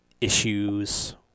issues